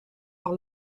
par